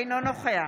אינו נוכח